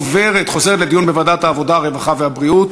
לוועדת העבודה, הרווחה והבריאות